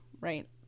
right